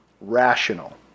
rational